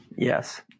Yes